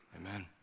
Amen